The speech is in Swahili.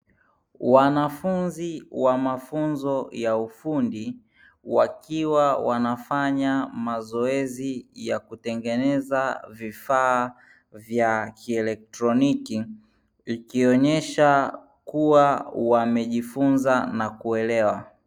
Wanafunzi wa mafunzo ya ufundi wakiwa wanafanya mazoezi ya kutengeneza vifaa vya kielektroniki, ikionyesha kuwa wamejifunza na kuelewa.